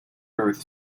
earth